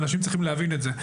ואנשים צריכים להבין את זה.